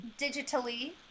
Digitally